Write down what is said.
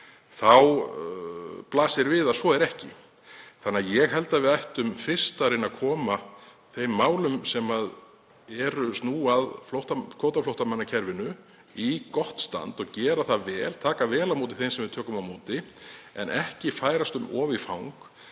þá blasir við að svo er ekki. Ég held að við ættum fyrst að reyna að koma þeim málum sem snúa að kvótaflóttamannakerfinu í gott stand og gera það vel, taka vel á móti þeim sem við tökum á móti en ekki færast um of í fang.